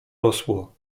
rosło